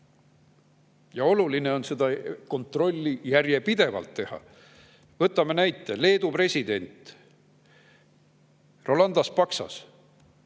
Oluline on seda kontrolli järjepidevalt teha. Võtame näite. Leedu president Rolandas Paksas